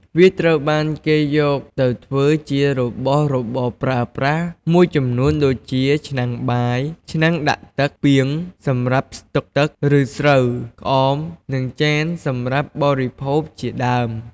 វាត្រូវបានគេយកទៅធ្វើជារបស់របរប្រើប្រាស់មួយចំនួនដូចជា ឆ្នាំងបាយ ឆ្នាំងដាក់ទឹក ពាង សម្រាប់ស្តុកទឹក ឬស្រូវ ក្អម និងចានសម្រាប់បរិភោគជាដើម។